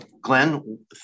Glenn